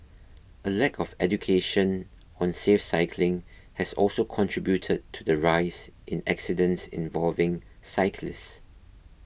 a lack of education on safe cycling has also contributed to the rise in accidents involving cyclists